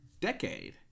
decade